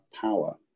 power